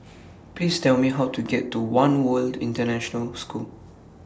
Please Tell Me How to get to one World International School